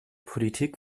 politik